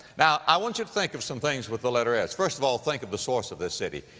now, i want you to think of some things with the letter s. first of all, think of the source of the city.